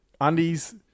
undies